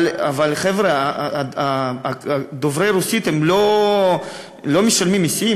אבל, חבר'ה, דוברי הרוסית לא משלמים מסים?